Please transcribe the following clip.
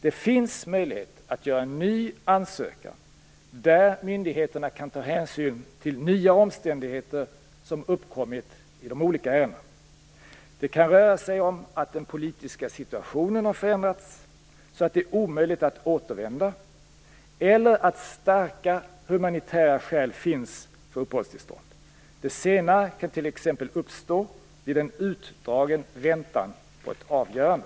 Det finns möjlighet att göra en ny ansökan där myndigheterna kan ta hänsyn till nya omständigheter som uppkommit i de olika ärendena. Det kan röra sig om att den politiska situationen har förändrats så att det är omöjligt att återvända eller att starka humanitära skäl finns för uppehållstillstånd. Det senare kan t.ex. uppstå vid en utdragen väntan på ett avgörande.